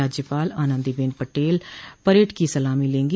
राज्यपाल आनन्दीबेन पटेल परेड की सलामी लेंगी